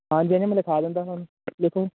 ਹਾਂਜੀ ਹਾਂਜੀ ਮੈਂ ਲਿਖਵਾ ਦਿੰਦਾ ਤੁਹਾਨੂੰ ਲਿਖੋ